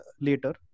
later